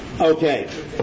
okay